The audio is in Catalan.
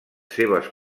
seves